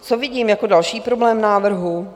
Co vidím jako další problém návrhu?